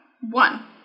One